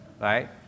right